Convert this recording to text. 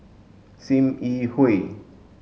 Sim Yi Hui